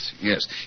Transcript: Yes